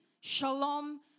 Shalom